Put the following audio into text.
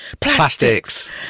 plastics